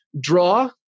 draw